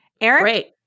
Eric